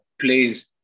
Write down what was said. plays